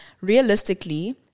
realistically